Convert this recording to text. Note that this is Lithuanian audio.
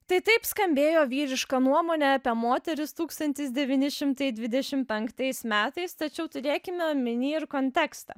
tai taip skambėjo vyriška nuomonė apie moteris tūkstantis devyni šimtai dvidešim penktais metais tačiau turėkime omeny ir kontekstą